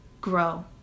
grow